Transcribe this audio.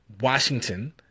Washington